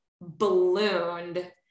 ballooned